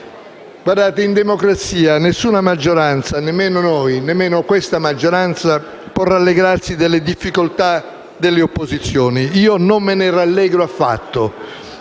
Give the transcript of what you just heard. in democrazia, nessuna maggioranza, nemmeno noi, nemmeno questa maggioranza può rallegrarsi delle difficoltà delle opposizioni. Io non me ne rallegro affatto,